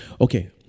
okay